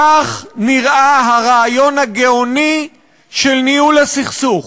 כך נראה הרעיון הגאוני של ניהול הסכסוך,